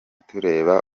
tureba